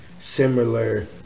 similar